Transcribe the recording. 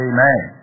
Amen